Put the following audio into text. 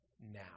now